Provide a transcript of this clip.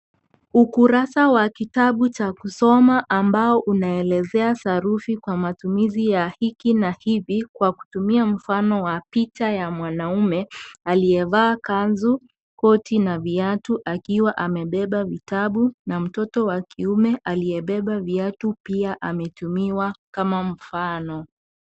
Ukurasa wa kitabu cha kusoma ambao unaelezea sarufi kwa matumizi ya hiki na hivi kwa kutumia mfano wa picha ya mwanaume alievaa kanzu, koti na viatu akiwa amebeba vitabu na mtoto wa kiume aliyebeba viatu pia ametumiwa kama mfano.